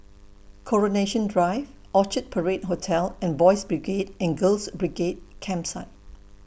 Coronation Drive Orchard Parade Hotel and Boys' Brigade and Girls' Brigade Campsite